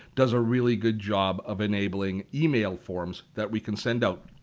does a really good job of enabling email forms that we can send out.